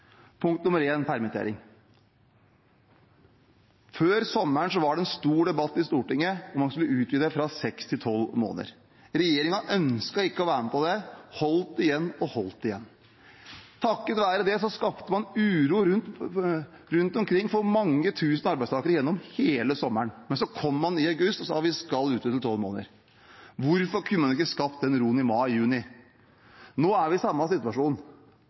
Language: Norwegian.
Punkt nummer én er permittering. Før sommeren var det en stor debatt i Stortinget om hvorvidt man skulle utvide fra seks til tolv måneder. Regjeringen ønsket ikke å være med på det, de holdt igjen og holdt igjen. Takket være det skapte man uro rundt omkring for mange tusen arbeidstakere gjennom hele sommeren. Men så kom man til august og sa man skulle utvide til tolv måneder. Hvorfor kunne man ikke skapt den roen i mai/juni? Nå er vi i samme